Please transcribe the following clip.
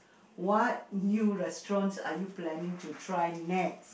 what new restaurant are you planning to try next